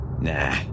Nah